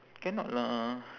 cannot lah